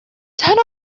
turn